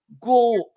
Go